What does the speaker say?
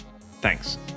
Thanks